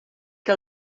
que